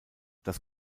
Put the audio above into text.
das